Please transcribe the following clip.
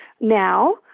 now